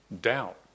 Doubt